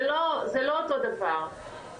זה לא אותו דבר.